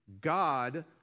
God